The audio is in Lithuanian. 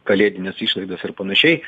kalėdines išlaidas ir panašiai